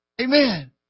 Amen